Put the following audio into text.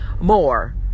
more